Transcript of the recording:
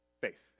faith